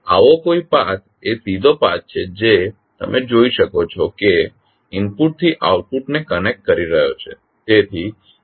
આવો કોઇ પાથ એ સીધો પાથ છે જે તમે જોઈ શકો છો કે ઇનપુટથી આઉટપુટને કનેક્ટ કરી રહ્યો છે